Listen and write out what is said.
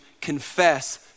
confess